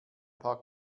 paar